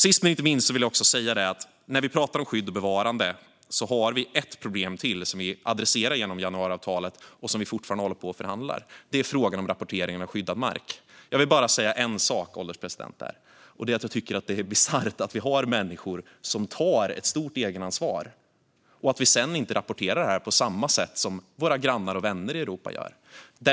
Avslutningsvis vill jag säga att när vi pratar om skydd och bevarande har vi ett problem till, som vi adresserar genom januariavtalet och som vi fortfarande håller på och förhandlar. Det är frågan om rapportering av skyddad mark. Jag vill bara säga en sak där, herr ålderspresident. Det är att jag tycker att det är bisarrt att vi har människor som tar ett stort egenansvar men att vi inte rapporterar det på samma sätt som våra grannar och vänner i Europa gör.